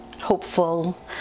hopeful